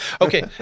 Okay